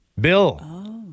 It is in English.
Bill